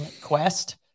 quest